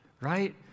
right